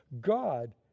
God